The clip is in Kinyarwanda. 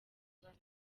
kibazo